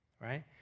right